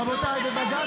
ראש הממשלה מפר את